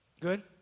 Good